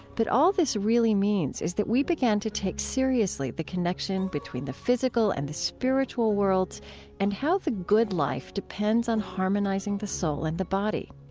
but all this really means is we began to take seriously the connection between the physical and the spiritual worlds and how the good life depends on harmonizing the soul and the body.